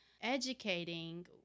educating